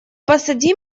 посади